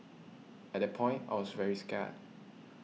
at that point I was very scared